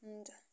हुन्छ